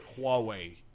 Huawei